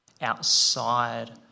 outside